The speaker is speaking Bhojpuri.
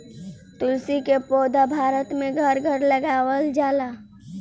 तुलसी के पौधा भारत में घर घर लगावल जाला